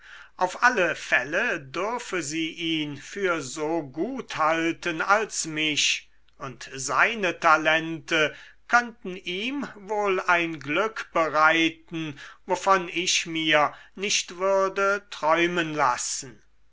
auf alle fälle dürfe sie ihn für so gut halten als mich und seine talente könnten ihm wohl ein glück bereiten wovon ich mir nicht würde träumen lassen